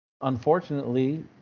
unfortunately